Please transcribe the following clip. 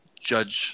judge